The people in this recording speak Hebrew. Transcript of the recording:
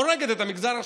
הורגת את המגזר השלישי.